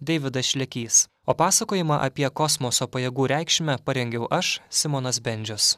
deividas šlekys o pasakojimą apie kosmoso pajėgų reikšmę parengiau aš simonas bendžius